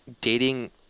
dating